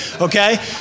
okay